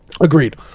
Agreed